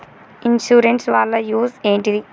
Insurance వాళ్ల use ఏంటిది?